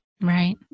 Right